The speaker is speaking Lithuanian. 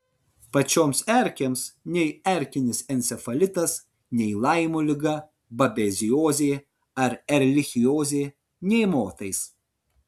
pačioms erkėms nei erkinis encefalitas nei laimo liga babeziozė ar erlichiozė nė motais